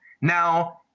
Now